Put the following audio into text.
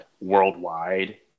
worldwide